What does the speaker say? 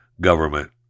government